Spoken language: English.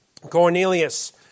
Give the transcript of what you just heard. Cornelius